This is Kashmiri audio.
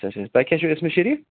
اچھا اچھا تۄہہِ کیاہ چھو اسمِ شریٖف